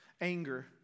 Anger